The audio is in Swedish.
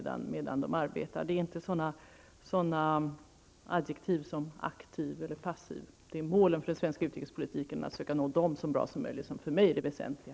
Det är inte fråga om adjektiv såsom aktiv eller passiv, utan det väsentliga för mig är att söka nå målen för den svenska utrikespolitiken så bra som möjligt.